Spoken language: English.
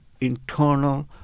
internal